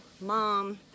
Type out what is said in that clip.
mom